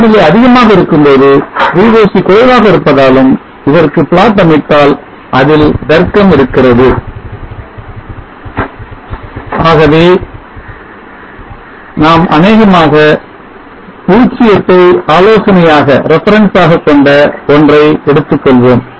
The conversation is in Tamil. வெப்பநிலை அதிகமாக இருக்கும்போது Voc குறைவாக இருப்பதாலும் இதற்கு plot அமைத்தால் அதில் தர்க்கம் இருக்கிறது ஆகவே நாம் அனேகமாக பூச்சியத்தை ஆலோசனையாக கொண்ட ஒன்றை எடுத்துக்கொள்வோம்